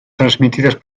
transmitidas